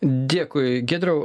dėkui giedriau